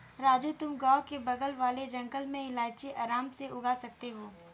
राजू तुम गांव के बगल वाले जंगल में इलायची आराम से उगा सकते हो